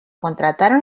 contrataron